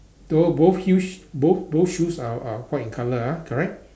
though both shoe both both shoes are are white in colour ah correct